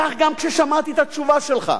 כך גם כששמעתי את התשובה שלך.